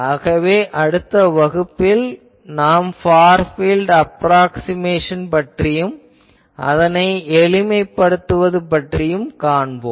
ஆகவே அடுத்த வகுப்பில் நாம் ஃபார் பீல்ட் அப்ராக்ஸிமேஷன் பற்றியும் அதனை எளிமைப்படுத்துவது பற்றியும் காண்போம்